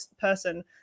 person